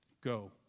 Go